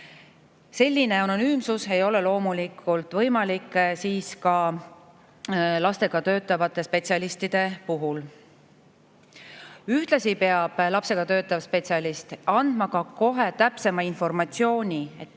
Selline anonüümsus ei ole loomulikult võimalik lastega töötavate spetsialistide puhul. Ühtlasi peab lapsega töötav spetsialist andma kohe täpsema informatsiooni,